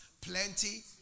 Plenty